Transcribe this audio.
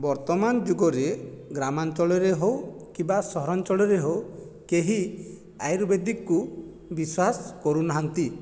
ବର୍ତ୍ତମାନ ଯୁଗରେ ଗ୍ରାମାଞ୍ଚଳରେ ହେଉ କିମ୍ବା ସହରାଞ୍ଚଳରେ ହେଉ କେହି ଆୟୁର୍ବେଦିକକୁ ବିଶ୍ୱାସ କରୁନାହାନ୍ତି